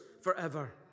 forever